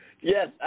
Yes